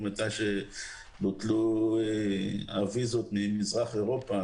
לאחר שבוטלו האשרות ממזרח אירופה,